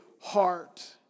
heart